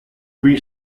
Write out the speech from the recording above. qui